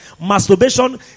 masturbation